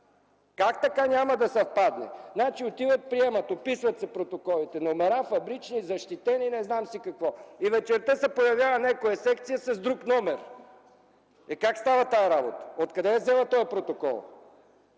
Как така няма да съвпадне? Значи, отиват, приемат, описват се протоколите, номера – фабрични, защитени, не знам си какво. И вечерта някоя секция се появява с друг номер!? Как става тая работа? От къде е взела този протокол?